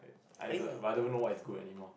I the but I don't even know what is good anymore